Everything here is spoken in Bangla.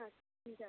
আচ্ছা ঠিক আছে